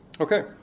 Okay